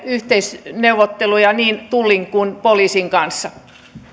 yhteisneuvotteluja niin tullin kuin poliisin kanssa